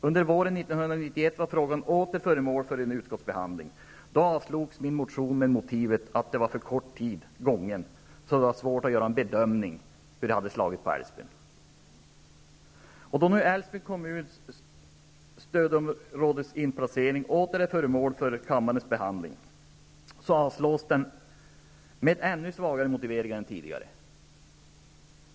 Under våren 1991 var frågan åter föremål för en utskottsbehandling. Då avslogs min motion med motivet att för kort tid hade gått och att det var svårt att göra en bedömning av hur det hade slagit för Älvsbyn. Då nu frågan om inplaceringen i stödområde för Älvsbyn åter är föremål för kammarens behandling, avstyrks motionen med en ännu svagare motivering än tidigare.